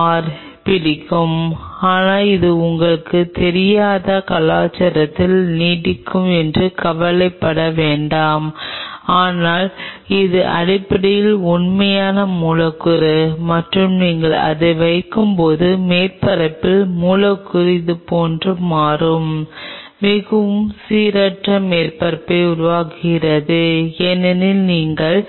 ஆரைப் பிடிக்கும் ஆனால் அது உங்களுக்குத் தெரியாத கலாச்சாரத்தில் நீடிக்கும் என்று கவலைப்பட வேண்டாம் ஆனால் இது அடிப்படையில் உண்மையான மூலக்கூறு மற்றும் நீங்கள் அதை வைக்கும் போது மேற்பரப்பில் மூலக்கூறு இதுபோன்றதாக மாறும் மிகவும் சீரற்ற மேற்பரப்பை உருவாக்குகிறது ஏனெனில் நீங்கள்